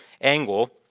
angle